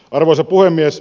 arvoisa puhemies